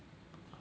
a month